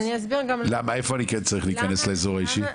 איפה אני כן צריך להיכנס לאזור האישי?